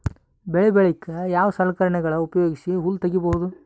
ಬೆಳಿ ಬಳಿಕ ಯಾವ ಸಲಕರಣೆಗಳ ಉಪಯೋಗಿಸಿ ಹುಲ್ಲ ತಗಿಬಹುದು?